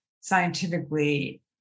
scientifically